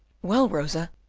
well, rosa,